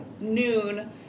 noon